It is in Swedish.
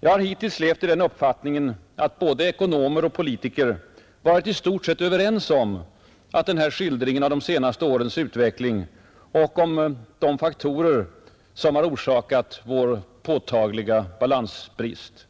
Jag har hittills levt i den uppfattningen, att både ekonomer och politiker varit i stort sett överens om denna skildring av de senaste årens utveckling och om de faktorer som har orsakat vår påtagliga balansbrist.